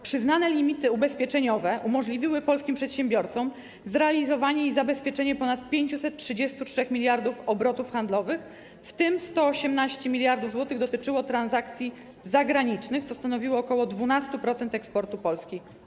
Przyznane limity ubezpieczeniowe umożliwiły polskim przedsiębiorcom zrealizowanie i zabezpieczenie ponad 533 mld obrotów handlowych, w tym 118 mld zł dotyczyło transakcji zagranicznych, co stanowiło ogółem ok. 12% eksportu Polski.